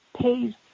pays